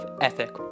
ethic